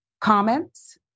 comments